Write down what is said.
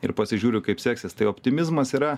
ir pasižiūriu kaip seksis tai optimizmas yra